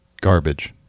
garbage